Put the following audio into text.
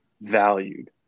valued